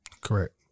Correct